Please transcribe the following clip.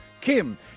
Kim